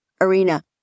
arena